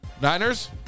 Niners